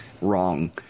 wrong